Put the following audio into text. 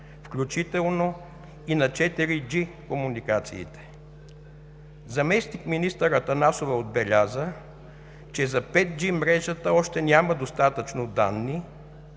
включително и на 4G комуникациите. Заместник-министър Атанасова отбеляза, че за 5G мрежата още няма достатъчно данни,